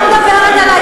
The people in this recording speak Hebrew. אני לא מדברת על,